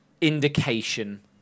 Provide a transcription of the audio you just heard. Indication